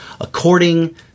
according